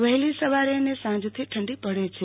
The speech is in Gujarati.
વહેલી સવારે અને સાંજથી ઠંડી પડે છે